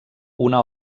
una